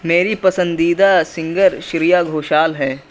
میری پسندیدہ سنگر شریا گھوشال ہے